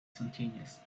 spontaneous